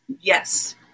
yes